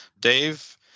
Dave